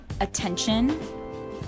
attention